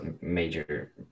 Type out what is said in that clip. major